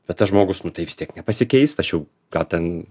bet tas žmogus nu tai vis tiek nepasikeis tai aš jau gal ten